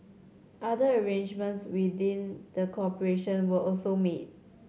other arrangements within the corporation were also made